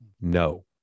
No